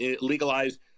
legalize